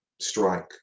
strike